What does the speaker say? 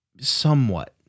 Somewhat